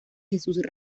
jesús